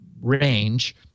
range